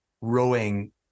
rowing